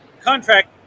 Contract